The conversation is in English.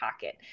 pocket